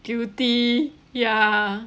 guilty ya